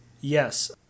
Yes